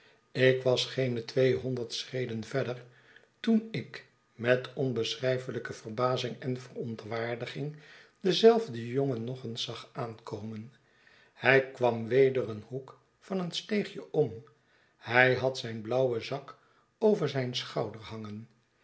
ik was geene tweehonderd schreden verder toen ik met onbeschrijfelijke verbazing en verontwaardiging denzelfden jongen nog eens zag aankomen hij kwam weder een hoek van een steegje om hij had zijn blauwen zak over zijn schouder hangen